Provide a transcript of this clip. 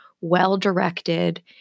well-directed